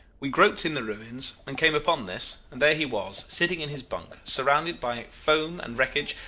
we groped in the ruins and came upon this and there he was, sitting in his bunk, surrounded by foam and wreckage,